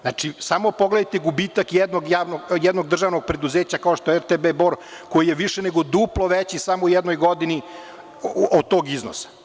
Znači, samo pogledajte gubitak jednog državnog preduzeća kao što je RTB Bor, koji je više nego duplo veći samo u jednoj godini od tog iznosa.